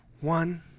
One